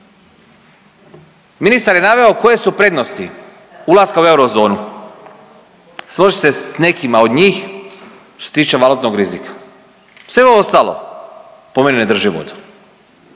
Ministar je naveo koje su prednosti ulaska u eurozonu. Složit ću se sa nekima od njih što se tiče valutnog rizika. Sve ovo ostalo po meni ne drži vodu.